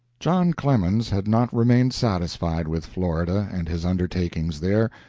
john clemens had not remained satisfied with florida and his undertakings there.